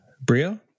brio